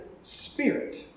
spirit